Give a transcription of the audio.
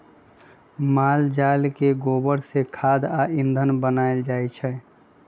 माल जाल के गोबर से खाद आ ईंधन बनायल जाइ छइ